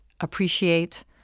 appreciate